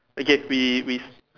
okay we we